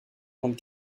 grande